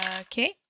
Okay